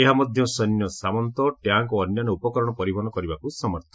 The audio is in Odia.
ଏହା ମଧ୍ୟ ସୈନ୍ୟ ସାମନ୍ତ ଟ୍ୟାଙ୍କ ଓ ଅନ୍ୟାନ୍ୟ ଉପକରଣ ପରିବହନ କରିବାକୁ ସମର୍ଥ